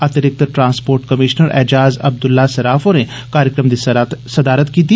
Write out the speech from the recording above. अतिरिक्त transport commissioner Ejaz Abdullah Saraf होरें कार्यक्रम दी सदारत कीती